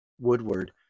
Woodward